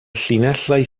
llinellau